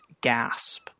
gasp